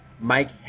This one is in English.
Mike